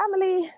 family